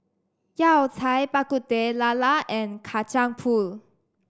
Yao Cai Bak Kut Teh Lala and Kacang Pool